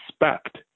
respect